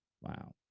Wow